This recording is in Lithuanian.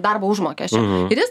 darbo užmokesčio ir jis